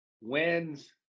wins